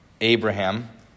Abraham